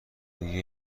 دیگه